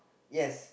yes